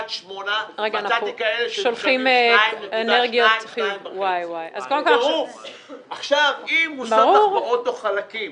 כי כפי ששמענו עכשיו ממשרד המשפטים,